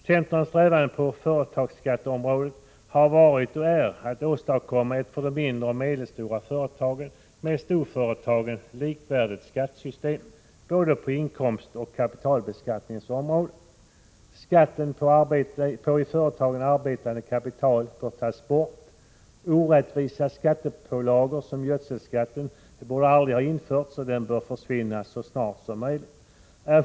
Centerns strävan på företagsskatteområdet har varit och är att åstadkomma ett för de mindre och medelstora företagen med storföretagen likvärdigt skattesystem, både på inkomstoch på kapitalbeskattningens område. Skatten på i företagen arbetande kapital bör tas bort. Orättvisa skattepålagor —t.ex. gödselskatten, som aldrig skulle ha införts — bör försvinna så snart som möjligt.